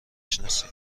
شناسی